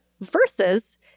versus